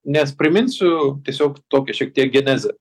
nes priminsiu tiesiog tokią šiek tiek genezę